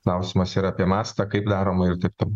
klausimas yra apie mastą kaip daroma ir taip toliau